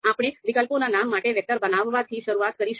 આપણે વિકલ્પોના નામ માટે વેક્ટર બનાવવાથી શરૂઆત કરીશું